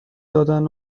دادن